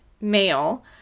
male